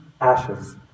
ashes